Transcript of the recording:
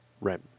Right